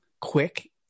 quick